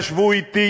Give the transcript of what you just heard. ישבו אתי,